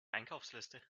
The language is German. einkaufsliste